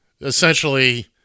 Essentially